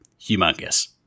humongous